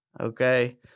okay